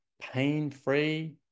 pain-free